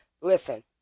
Listen